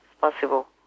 possible